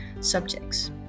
subjects